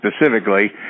specifically